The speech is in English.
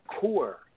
core